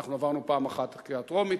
עברנו פעם אחת את הקריאה הטרומית,